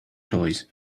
toys